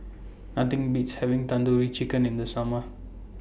Nothing Beats having Tandoori Chicken in The Summer